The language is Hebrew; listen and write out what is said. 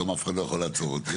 גם אף אחד לא יכול לעצור אותי,